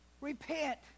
Repent